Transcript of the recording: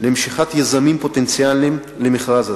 למשיכת יזמים פוטנציאליים למכרז הזה.